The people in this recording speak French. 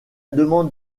demande